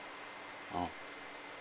mm